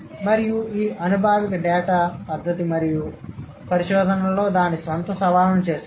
మరియు ఈ అనుభావిక డేటా పద్దతి మరియు పరిశోధనలో దాని స్వంత సవాళ్లను తెస్తుంది